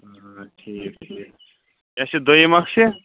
ٹھیٖک ٹھیٖک یۄس یہِ دۄیِم اکھ چھِ